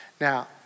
Now